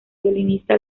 violinista